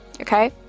Okay